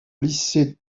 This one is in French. lycée